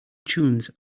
tunes